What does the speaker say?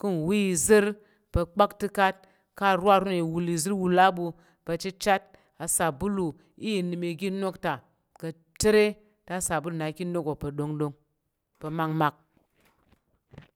kəng wi izər pa pak te kat ka rwa aro naya iwozir wul abu pa cichet a sabolu inəm iga nok ta ka̱ cire te asabulu naya ki ga nok pa dongdong pa makmak.